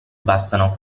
bastano